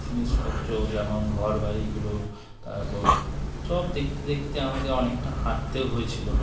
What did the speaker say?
জিনিসপত্র যেমন ঘরবাড়িগুলো তারপর সব দেখতে দেখতে আমাদের অনেকটা হাঁটতেও হয়েছিল